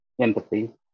empathy